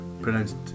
Pronounced